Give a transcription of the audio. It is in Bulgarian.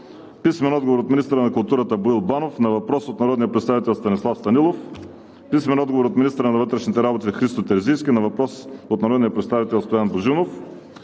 Александров; - министъра на културата Боил Банов на въпрос от народния представител Станислав Станилов; - министъра на вътрешните работи Христо Терзийски на въпрос от народния представител Стоян Божинов;